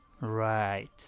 right